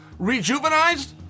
rejuvenized